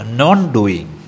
non-doing